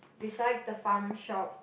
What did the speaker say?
beside the Farm Shop